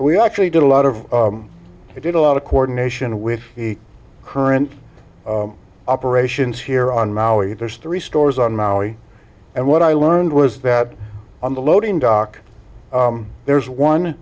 we actually did a lot of it did a lot of coordination with the current operations here on maui there's three stores on maui and what i learned was that on the loading dock there's one